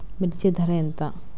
మిర్చి ధర ఎంత?